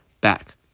back